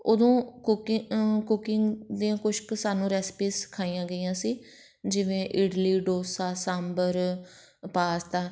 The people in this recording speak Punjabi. ਉਦੋਂ ਕੁਕਿੰ ਕੁਕਿੰਗ ਦੀਆਂ ਕੁਛ ਕੁ ਸਾਨੂੰ ਰੈਸਪੀਜ਼ ਸਿਖਾਈਆਂ ਗਈਆਂ ਸੀ ਜਿਵੇਂ ਇਡਲੀ ਡੋਸਾ ਸਾਂਬਰ ਪਾਸਤਾ